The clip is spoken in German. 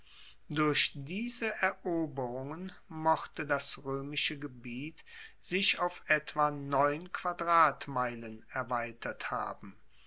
durch diese eroberungen mochte das roemische gebiet sich auf etwa quadratmeilen erweitert haben